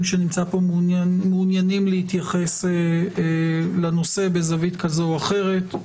שנמצאים פה מעוניינים להתייחס לנושא בזווית כזו או אחרת.